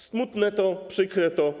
Smutne to, przykre to.